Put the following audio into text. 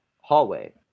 hallway